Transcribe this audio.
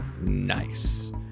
nice